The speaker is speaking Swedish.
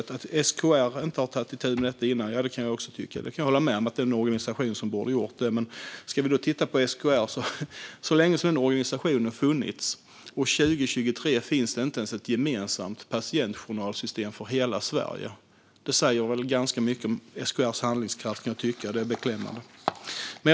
Varför SKR inte tagit itu med detta tidigare kan jag också undra. Jag kan hålla med om att det är en organisation som borde ha gjort det. Men vi kan titta på SKR och hur länge den organisationen funnits. År 2023 finns det inte ens ett gemensamt patientjournalsystem för hela Sverige. Det säger ganska mycket om SKR:s handlingskraft, kan jag tycka, och det är beklämmande.